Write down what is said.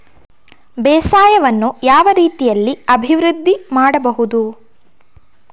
ಬೇಸಾಯವನ್ನು ಯಾವ ರೀತಿಯಲ್ಲಿ ಅಭಿವೃದ್ಧಿ ಮಾಡಬಹುದು?